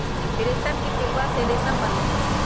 रेशम के पिलुआ से रेशम बनै छै